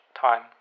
time